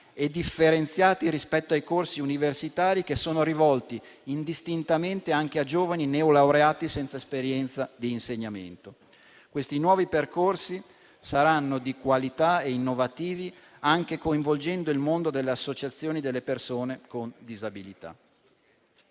e differenziati rispetto ai corsi universitari che sono rivolti indistintamente anche a giovani neolaureati senza esperienza di insegnamento. Questi nuovi percorsi saranno di qualità e innovativi e coinvolgeranno il mondo delle associazioni delle persone con disabilità.